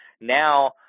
now